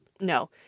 no